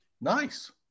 Nice